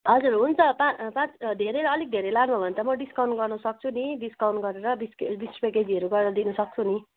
हजर हुन्छ पाँच पाँच धेरै अलिक धेरै लानुभयो भने त म डिस्काउन्ट गर्नु सक्छु नि डिस्काउन्ट गरेर बिस के बिस रुपियाँ केजीहरू गरेर दिनु सक्छु नि